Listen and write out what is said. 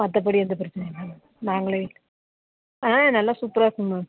மற்றபடி எந்த பிரச்சின இல்லை நாங்களே ஆ நல்லா சூப்பராக இருக்குங்க மேம்